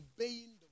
obeying